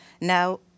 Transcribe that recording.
Now